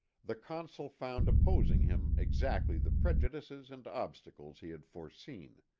the consul found opposing him exactly the prejudices and obstacles he had foreseen.